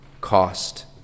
cost